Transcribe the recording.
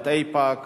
בוועידת איפא"ק,